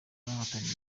bahatanira